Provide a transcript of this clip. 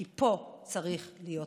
כי פה צריך להיות קונסנזוס.